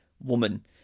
woman